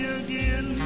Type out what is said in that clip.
again